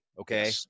Okay